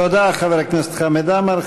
תודה, חבר הכנסת חמד עמאר.